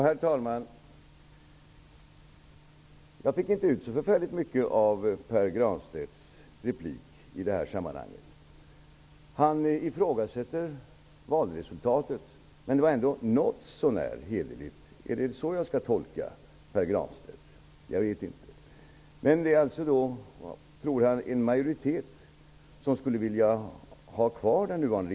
Herr talman! Jag fick inte ut så förfärligt mycket av Pär Granstedts inlägg. Han ifrågasätter valresultatet, men menar ändå att det var något så när hederligt. Är det så jag skall tolka Pär Granstedt? Jag vet inte. Pär Granstedt tror att en majoritet skulle vilja ha kvar den nya regeringen.